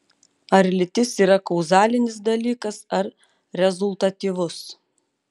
ar lytis yra kauzalinis dalykas ar rezultatyvus